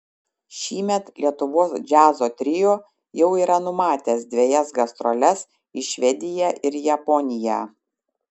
šįmet lietuvos džiazo trio jau yra numatęs dvejas gastroles į švediją ir japoniją